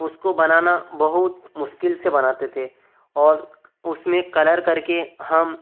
उसको बनाना बहुत मुश्किल से बनाते थे और उसमें कलर करके हम